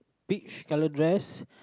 big scarlet dress